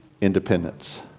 independence